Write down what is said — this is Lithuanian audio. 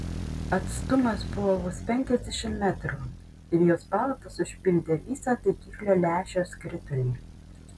atstumas buvo vos penkiasdešimt metrų ir jos paltas užpildė visą taikiklio lęšio skritulį